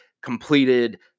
completed